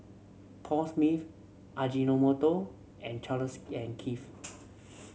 Paul Smith Ajinomoto and Charles and Keith